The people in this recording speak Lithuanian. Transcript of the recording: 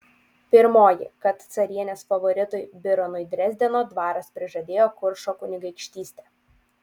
pirmoji kad carienės favoritui bironui dresdeno dvaras prižadėjo kuršo kunigaikštystę